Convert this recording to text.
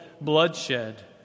bloodshed